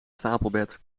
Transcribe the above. stapelbed